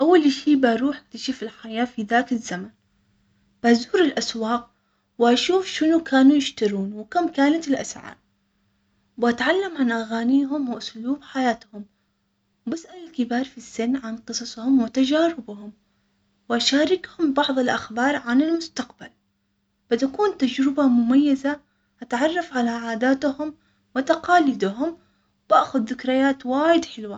أول شي بروح اكتشف الحياة في ذاك الزمن بزور الأسواق وأشوف شنو كانوا يشترون، وكم كانت الأسعار وأتعلم عن أغانيهم وأسلوب حياتهم بسأل الكبار في السن عن قصصهم وتجاربهم وأشاركهم ببعض الأخبار عن المستقبل، بدي كون تجربة مميزة، أتعرف.